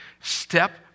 step